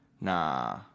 Nah